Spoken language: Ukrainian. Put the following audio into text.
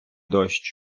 дощ